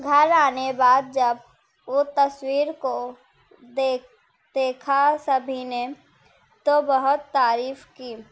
گھر آنے بعد جب وہ تصویر کو دیک دیکھا سبھی نے تو بہت تعریف کی